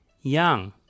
young